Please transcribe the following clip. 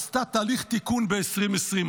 עשתה תהליך תיקון ב-2020,